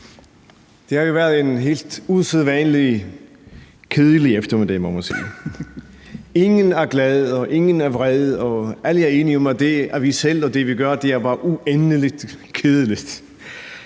Det har jo været en helt usædvanlig kedelig eftermiddag, må man sige. Ingen er glade, ingen er vrede, og alle er enige om, at det, vi selv gør, er uendelig kedeligt.